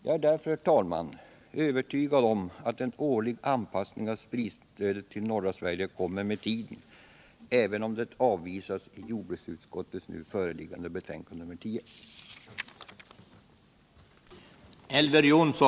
Jag är därför, herr talman, övertygad om att årlig anpassning av prisstödet till jordbruket i norra Sverige kommer med tiden, även om det avvisas i jordbruksutskottets nu föreliggande betänkande nr 10.